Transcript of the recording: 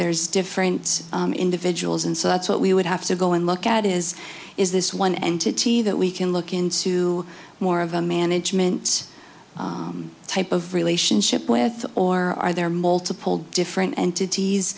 there's different individuals and so that's what we would have to go and look at is is this one entity that we can look into more of a management type of relationship with or are there multiple different entities